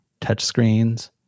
touchscreens